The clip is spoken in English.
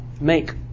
make